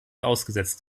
ausgesetzt